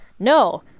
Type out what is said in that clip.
No